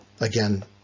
Again